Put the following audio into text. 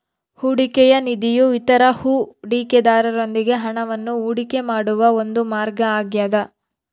ಹೂಡಿಕೆಯ ನಿಧಿಯು ಇತರ ಹೂಡಿಕೆದಾರರೊಂದಿಗೆ ಹಣವನ್ನು ಹೂಡಿಕೆ ಮಾಡುವ ಒಂದು ಮಾರ್ಗ ಆಗ್ಯದ